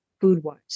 food-wise